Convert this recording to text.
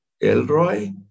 Elroy